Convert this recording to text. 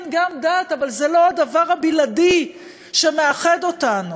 כן, גם דת, אבל זה לא הדבר הבלעדי שמאחד אותנו.